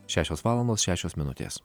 šešios valandos šešios minutės